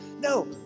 No